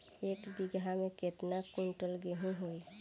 एक बीगहा में केतना कुंटल गेहूं होई?